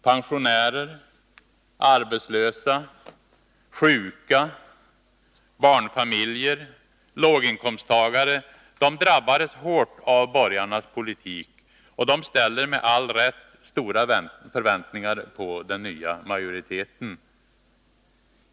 Pensionärer, arbetslösa, sjuka, barnfamiljer och låginkomsttagare drabbades hårt av borgarnas politik. De ställer med all rätt stora förväntningar på den nya majoriteten.